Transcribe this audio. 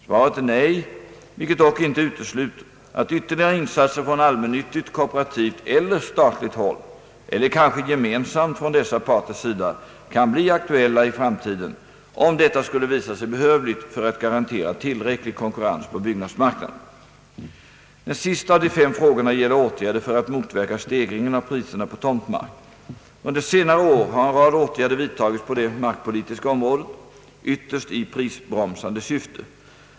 Svaret är nej, vilket dock inte utesluter att ytterligare insatser från allmännyttigt, kooperativt eller statligt håll eller kanske gemensamt från dessa parters sida kan bli aktuella i framtiden, om detta skulle visa sig behövligt för att garantera tillräcklig konkurrens på byggnadsmarknaden. Den sista av de fem frågorna gäller åtgärder för att motverka stegringen av priserna på tomtmark. Under senare år har en rad åtgärder vidtagits på det markpolitiska området, ytterst i prisbromsande syfte.